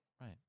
Right